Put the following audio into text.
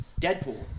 Deadpool